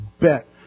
bet